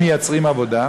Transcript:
והם מייצרים עבודה,